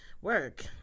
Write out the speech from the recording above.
work